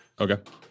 Okay